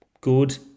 good